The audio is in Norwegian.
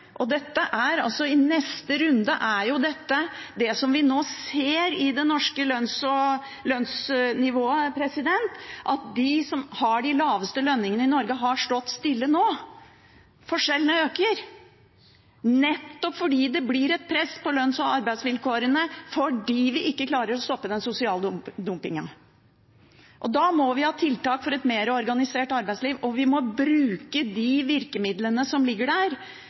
I neste runde er det jo dette vi nå ser når det gjelder det norske lønnsnivået, at de som har de laveste lønningene i Norge, har stått stille, forskjellene øker, nettopp fordi det blir et press på lønns- og arbeidsvilkårene fordi vi ikke klarer å stoppe den sosiale dumpingen. Da må vi ha tiltak for et mer organisert arbeidsliv, og vi må bruke de virkemidlene som ligger der.